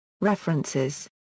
references